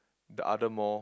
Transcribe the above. the other mall